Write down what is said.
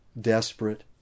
desperate